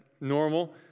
normal